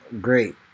great